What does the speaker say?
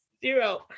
Zero